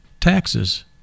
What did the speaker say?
Taxes